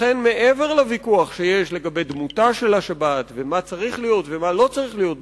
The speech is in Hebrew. לכן מעבר לוויכוח שיש לגבי דמותה של השבת ומה צריך ולא צריך להיות בשבת,